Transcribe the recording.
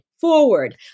forward